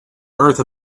earth